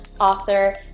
author